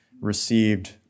received